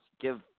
give